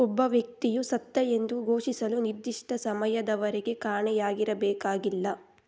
ಒಬ್ಬ ವ್ಯಕ್ತಿಯು ಸತ್ತ ಎಂದು ಘೋಷಿಸಲು ನಿರ್ದಿಷ್ಟ ಸಮಯದವರೆಗೆ ಕಾಣೆಯಾಗಿರಬೇಕಾಗಿಲ್ಲ